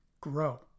Grow